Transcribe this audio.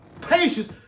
patience